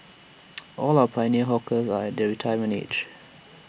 all our pioneer hawkers are their retirement age